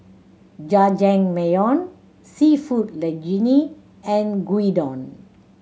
Jajangmyeon Seafood Linguine and Gyudon